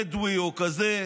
בדואי או כזה,